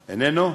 איננו?